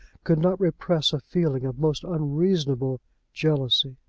could not repress a feeling of most unreasonable jealousy.